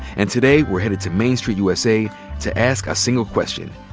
and today, we're headed to main street, usa to ask a single question